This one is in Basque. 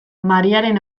mariaren